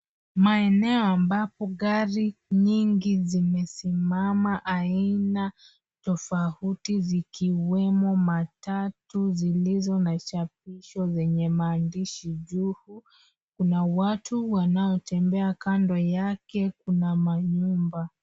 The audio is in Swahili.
Maeneo ambapo gari nyingi zimesimama aina tofauti zikiwemo matatu zilizo na chapisho zenye maandishi juu. Kuna watu wanao tembea kando yake kuna manyumba.